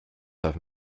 have